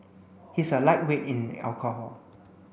he's a lightweight in alcohol